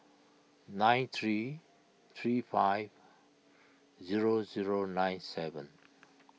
nine three three five zero zero nine seven